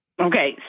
Okay